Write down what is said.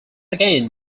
again